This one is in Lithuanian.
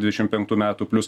dvidešim penktų metų plius